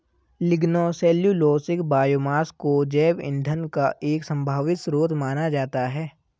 lignocellulosic biomass को जैव ईंधन का एक संभावित स्रोत माना जाता है